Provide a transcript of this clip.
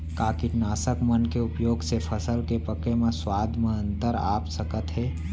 का कीटनाशक मन के उपयोग से फसल के पके म स्वाद म अंतर आप सकत हे?